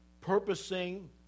purposing